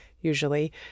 usually